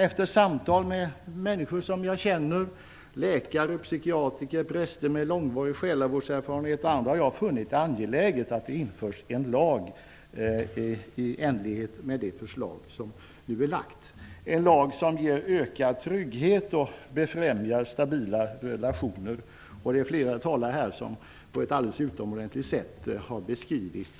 Efter samtal med människor som jag känner -- läkare, psykiatriker, präster med lång själavårdserfarenhet och andra -- har jag funnit det angeläget att det införs en lag i enlighet med föreliggande förslag, en lag som ger ökad trygghet och befrämjar stabila relationer. Flera talare här har på ett alldeles utomordentligt sätt beskrivit